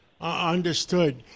understood